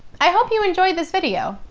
i hope you enjoyed this video.